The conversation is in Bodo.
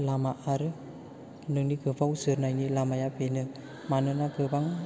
लामा आरो नोंनि गोबाव जोरनायनि लामाया बेनो मानोना गोबां